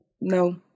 no